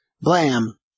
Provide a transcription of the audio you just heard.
Blam